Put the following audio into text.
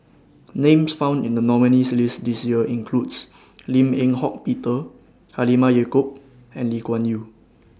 Names found in The nominees' list This Year includes Lim Eng Hock Peter Halimah Yacob and Lee Kuan Yew